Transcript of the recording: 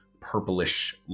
purplish